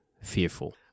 fearful